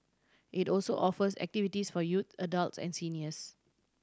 it also offers activities for youths adults and seniors